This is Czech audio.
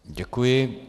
Děkuji.